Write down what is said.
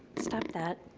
stop that,